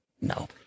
No